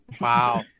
Wow